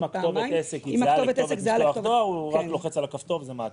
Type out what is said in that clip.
אם כתובת העסק היא זהה לכתובת הוא רק לוחץ על הכפתור וזה מעתיק.